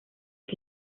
que